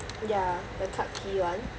ya the clarke quay one